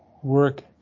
Work